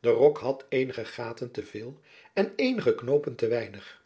de rok had eenige gaten te veel en eenige knoopen te weinig